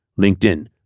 LinkedIn